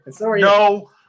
no